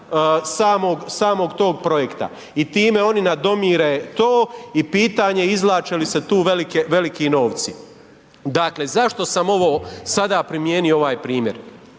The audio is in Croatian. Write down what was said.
samog tog projekta i time oni nadomire to i pitanje izvlače li se tu velike, veliki novci. Dakle, zašto sam ovo sada primijenio ovaj primjer?